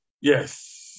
Yes